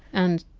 and,